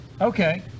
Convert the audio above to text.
Okay